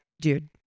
dude